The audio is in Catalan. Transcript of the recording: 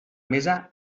mesa